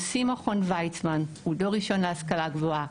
נשיא מכון ויצמן הוא דור ראשון להשכלה גבוהה,